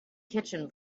kitchen